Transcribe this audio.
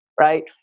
right